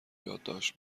یادداشت